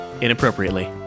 inappropriately